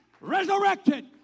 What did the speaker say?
resurrected